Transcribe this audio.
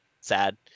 Sad